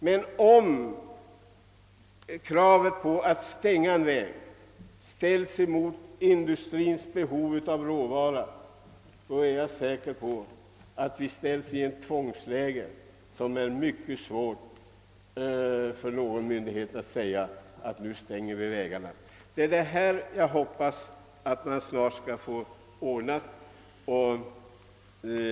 Men om kravet på att stänga en väg ställs mot industrins behov av att få fram råvaror, är jag säker på att vi kommer i ett läge, där myndigheterna får mycket svårt att stänga vägarna. Det är dessa förhållanden som jag hoppas att vi snart skall få ordnade.